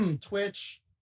Twitch